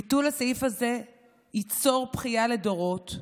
ביטול הסעיף הזה יהיה בכייה לדורות,